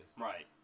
right